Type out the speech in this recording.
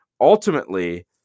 ultimately